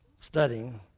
studying